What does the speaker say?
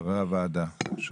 חבר הוועדה, בבקשה.